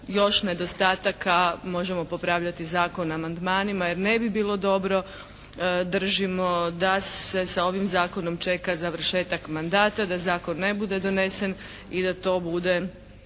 još nedostataka možemo popravljati zakon amandmanima, jer ne bi bilo dobro držimo da se sa ovim zakonom čeka završetak mandata, da zakon ne bude donesen i da to bude